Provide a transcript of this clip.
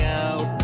out